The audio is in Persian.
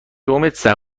دومتر